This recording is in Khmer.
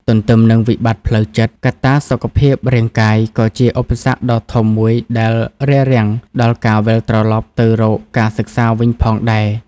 ទន្ទឹមនឹងវិបត្តិផ្លូវចិត្ត កត្តាសុខភាពរាងកាយក៏ជាឧបសគ្គដ៏ធំមួយដែលរារាំងដល់ការវិលត្រឡប់ទៅរកការសិក្សាវិញផងដែរ។